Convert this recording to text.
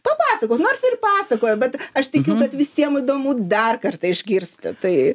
papasakok nors ir pasakojai bet aš tikiu kad visiem įdomu dar kartą išgirsti tai